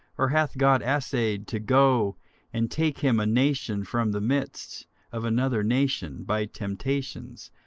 or hath god assayed to go and take him a nation from the midst of another nation, by temptations,